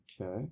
Okay